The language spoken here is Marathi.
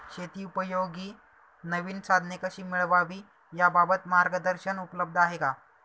शेतीउपयोगी नवीन साधने कशी मिळवावी याबाबत मार्गदर्शन उपलब्ध आहे का?